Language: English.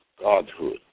Godhood